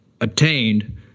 obtained